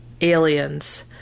aliens